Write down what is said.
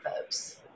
folks